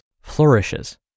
flourishes